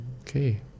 Okay